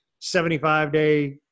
75-day